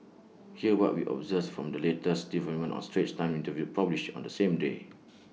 here's what we observed from this latest development A straits times interview published on the same day